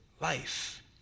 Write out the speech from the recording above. life